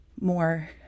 more